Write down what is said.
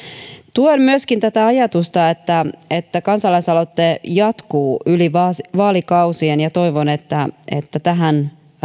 tuen myöskin tätä ajatusta että että kansalaisaloite jatkuu yli vaalikausien ja toivon että että tähän